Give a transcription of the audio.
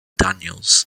daniels